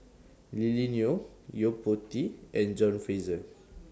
Lily Neo Yo Po Tee and John Fraser